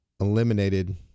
eliminated